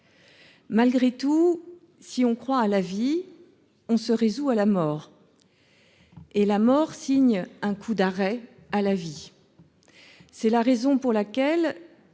Malgré tout, si l'on croit à la vie, on se résout à la mort, qui signe un coup d'arrêt à la vie. C'est la raison pour laquelle,